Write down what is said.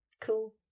cool